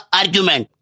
argument